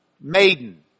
maiden